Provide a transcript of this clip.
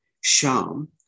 Sham